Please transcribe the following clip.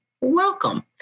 welcome